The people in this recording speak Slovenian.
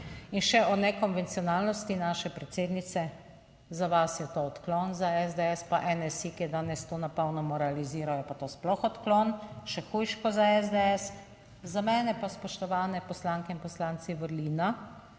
In še o nekonvencionalnosti naše predsednice. Za vas je to odklon, za SDS pa NSi, ki je danes to na polno moralizirajo, pa to sploh odklon, še hujše kot za SDS. Za mene pa, spoštovane poslanke in poslanci, vrlina,